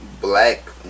black